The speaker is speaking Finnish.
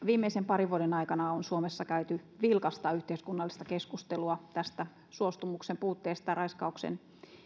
viimeisen parin vuoden aikana on suomessa käyty vilkasta yhteiskunnallista keskustelua suostumuksen puutteesta raiskauksen